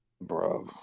Bro